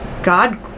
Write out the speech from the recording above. God